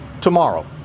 tomorrow